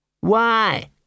Why